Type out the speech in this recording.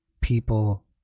people